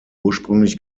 ursprünglich